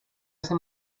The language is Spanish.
ese